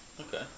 Okay